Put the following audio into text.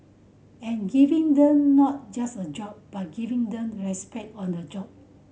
and giving them not just a job but giving them respect on the job